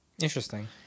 Interesting